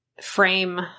frame